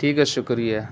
ٹھیک ہے شکریہ